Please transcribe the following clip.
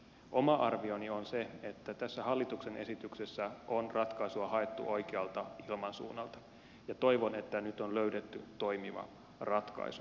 oma arvioni on se että tässä hallituksen esityksessä on ratkaisua haettu oikealta ilmansuunnalta ja toivon että nyt on löydetty toimiva ratkaisu